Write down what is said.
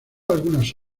algunas